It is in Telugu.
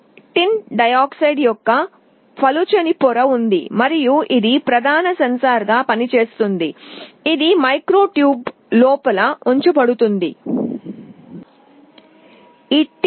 టిన్ డయాక్సైడ్ యొక్క పలుచని పొర ఉంది ఇది మైక్రో ట్యూబ్ల లోపల ఉంచబడుతుంది మరియు ప్రధాన సెన్సార్గా పనిచేస్తుంది